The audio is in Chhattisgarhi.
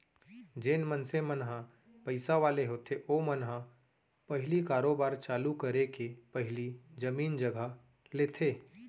जेन मनसे मन ह पइसा वाले होथे ओमन ह पहिली कारोबार चालू करे के पहिली जमीन जघा लेथे